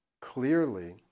clearly